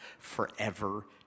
Forever